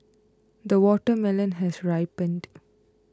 the watermelon has ripened